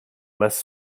less